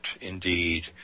indeed